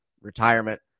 retirement